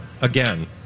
Again